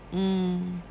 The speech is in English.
mm